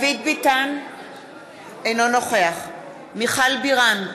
אינו נוכח מיכל בירן,